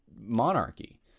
monarchy